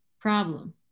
problem